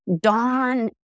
dawn